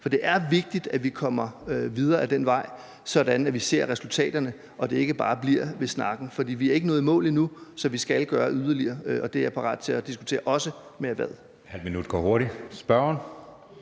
For det er vigtigt, at vi kommer videre ad den vej, sådan at vi ser resultaterne og det ikke bare bliver ved snakken. For vi er ikke nået i mål endnu, så vi skal gøre yderligere, og det er jeg parat til at diskutere, også med erhvervet.